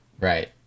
Right